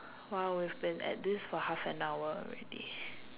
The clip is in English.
!wow! we've been at this for half an hour already